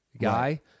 guy